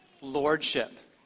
Lordship